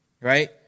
Right